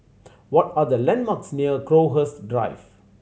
what are the landmarks near Crowhurst Drive